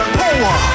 power